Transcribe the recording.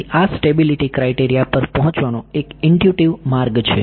તેથી આ stability criteria પર પહોંચવાનોએક ઈંટયુંટીવ માર્ગ છે